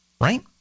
Right